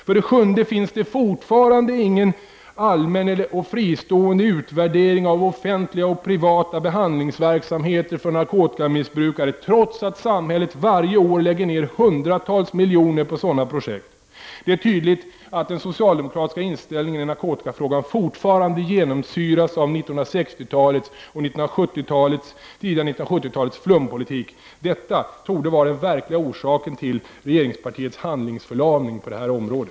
För det sjunde finns det fortfarande ingen allmän och fristående utvärdering av offentliga och privata behandlingsverksamheter för narkotikamissbrukare, trots att samhället varje år lägger ner hundratals miljoner på sådana projekt. Det är tydligt att den socialdemokratiska inställningen i narkotikafrågan fortfarande genomsyras av 1960-talets och det tidiga 1970-talets flumpolitik. Detta torde vara den verkliga orsaken till regeringspartiets handlingsförlamning på detta område.